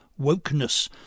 wokeness